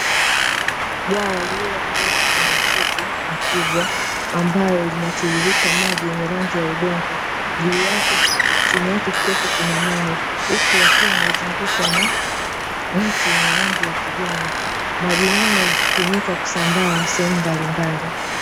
Bwawa lilikuwepo kwenye msitu mkubwa ambalo linatiririka maji yenye rangi ya udongo, chini yake kukiwepo kuna mawe huku yakiwa yamezungukwa na miti yenye rangi ya kijani, maji hayo hutumika kusambaa sehemu mbalimbali.